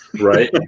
Right